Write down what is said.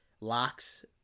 locks